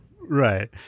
right